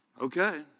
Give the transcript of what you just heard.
Okay